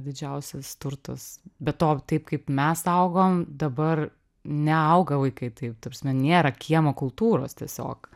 didžiausias turtas be to taip kaip mes tą augom dabar neauga vaikai taip ta prasme nėra kiemo kultūros tiesiog